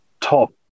top